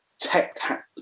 tech